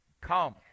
Come